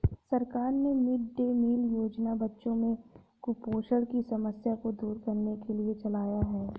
सरकार ने mid day meal योजना बच्चों में कुपोषण की समस्या को दूर करने के लिए चलाया है